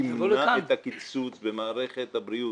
תמנע את הקיצוץ במערכת הבריאות.